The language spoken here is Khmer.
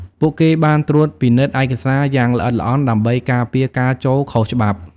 ពួកគេបានត្រួតពិនិត្យឯកសារយ៉ាងល្អិតល្អន់ដើម្បីការពារការចូលខុសច្បាប់។